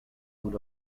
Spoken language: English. foot